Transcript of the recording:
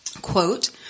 quote